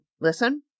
listen